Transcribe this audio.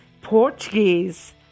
Portuguese